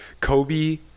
Kobe